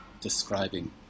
describing